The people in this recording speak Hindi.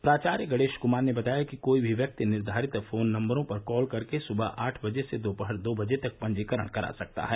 प्राचार्य गणेश कुमार ने बताया कि कोई भी व्यक्ति निर्धारित फोन नंबरों पर कॉल करके सुबह आठ बजे से दोपहर दो बजे तक पंजीकरण करा सकता है